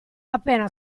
appena